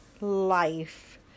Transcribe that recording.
life